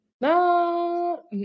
no